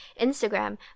Instagram